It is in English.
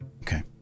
Okay